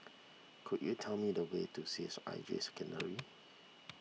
could you tell me the way to C H I J Secondary